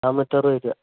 വരിക